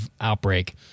outbreak